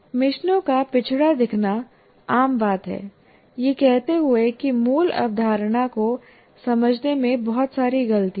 मिशनों का पिछड़ा दिखना आम बात है यह कहते हुए कि मूल अवधारणा को समझने में बहुत सारी गलतियाँ हैं